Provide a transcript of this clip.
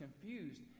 confused